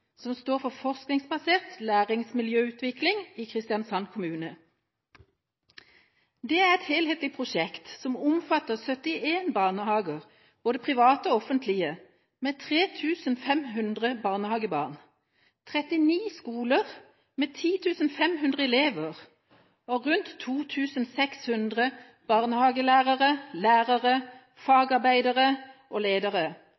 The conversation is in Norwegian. som står for Forskningsbasert læringsmiljøutvikling i Kristiansand kommune. Dette er et helhetlig prosjekt som omfatter 71 barnehager – både private og offentlige – med 3 500 barnehagebarn, 39 skoler med 10 500 elever og rundt 2 600 barnehagelærere, lærere, fagarbeidere og ledere,